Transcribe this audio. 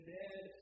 dead